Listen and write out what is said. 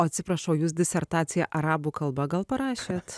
atsiprašau jūs disertaciją arabų kalba gal parašėt